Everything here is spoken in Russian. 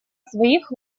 своих